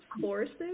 forces